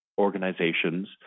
organizations